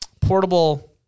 portable